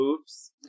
Oops